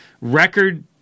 record